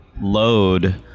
load